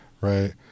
Right